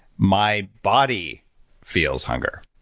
my body feels hunger.